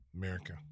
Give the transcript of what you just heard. America